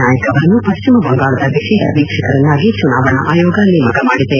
ನಾಯಕ್ ಅವರನ್ನು ಪಶ್ಲಿಮ ಬಂಗಾಳದ ವಿಶೇಷ ವೀಕ್ಷಕರನ್ನಾಗಿ ಚುನಾವಣಾ ಆಯೋಗ ನೇಮಕ ಮಾಡಿದೆ